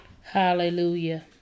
Hallelujah